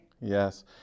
Yes